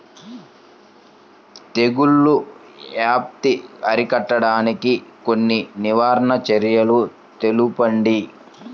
తెగుళ్ల వ్యాప్తి అరికట్టడానికి కొన్ని నివారణ చర్యలు తెలుపండి?